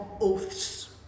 oaths